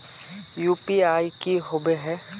UPI की होबे है?